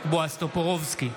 בועז טופורובסקי,